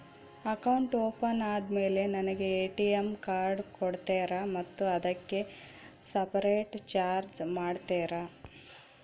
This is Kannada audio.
ಅಕೌಂಟ್ ಓಪನ್ ಆದಮೇಲೆ ನನಗೆ ಎ.ಟಿ.ಎಂ ಕಾರ್ಡ್ ಕೊಡ್ತೇರಾ ಮತ್ತು ಅದಕ್ಕೆ ಸಪರೇಟ್ ಚಾರ್ಜ್ ಮಾಡ್ತೇರಾ?